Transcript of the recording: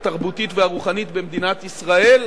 התרבותית והרוחנית במדינת ישראל,